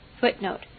Footnote